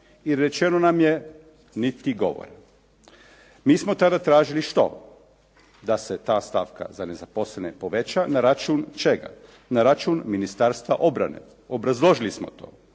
I rečeno nam je niti govora. Mi smo tada tražili što? Da se ta stavka za nezaposlene poveća na račun čega? Na račun Ministarstva obrane. Obrazložili smo to.